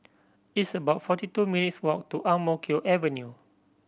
it's about forty two minutes' walk to Ang Mo Kio Avenue